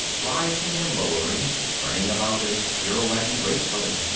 rising and lowering, turning about and pirouetting gracefully.